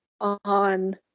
on